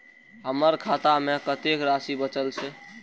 हमर खाता में कतेक राशि बचल छे?